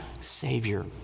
savior